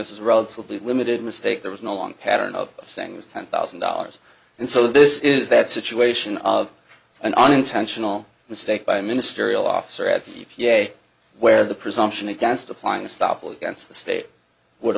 this is a relatively limited mistake there was no long pattern of saying this ten thousand dollars and so this is that situation of an unintentional mistake by a ministerial officer at the e p a where the presumption against applying the stoppel against the state would